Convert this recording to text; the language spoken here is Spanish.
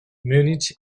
múnich